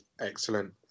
Excellent